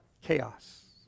Chaos